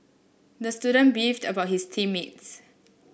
the student beefed about his team mates